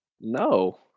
No